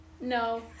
No